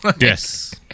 yes